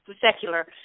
secular